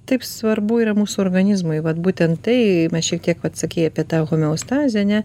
taip svarbu yra mūsų organizmui vat būtent tai mes šiek tiek vat sakei apie tą homeostazę ane